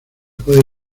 puede